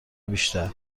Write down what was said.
بیشتر